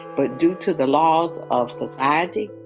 but due to the laws of society,